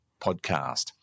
podcast